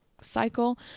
cycle